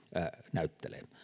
näyttelee